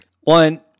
One